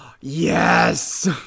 Yes